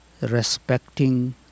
respecting